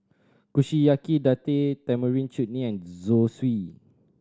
Kushiyaki Date Tamarind Chutney and Zosui